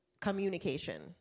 communication